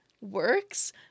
works